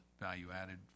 value-added